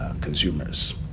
consumers